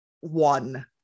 one